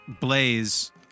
Blaze